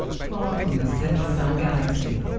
far from the centre of our galaxy,